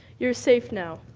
you're safe now.